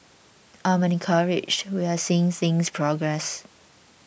I'm encouraged we're seeing things progress